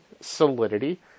Solidity